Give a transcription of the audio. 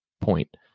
point